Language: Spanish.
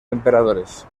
emperadores